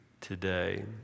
today